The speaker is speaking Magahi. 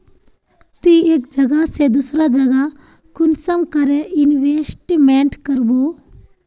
ती एक जगह से दूसरा जगह कुंसम करे इन्वेस्टमेंट करबो?